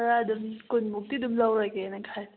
ꯈꯔ ꯑꯗꯨꯝ ꯀꯨꯟꯃꯨꯛꯇꯤ ꯑꯗꯨꯝ ꯂꯧꯔꯒꯦꯅ ꯈꯜꯂꯤ